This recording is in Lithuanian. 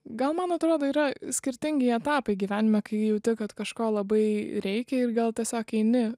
gal man atrodo yra skirtingi etapai gyvenime kai jauti kad kažko labai reikia ir gal tiesiog eini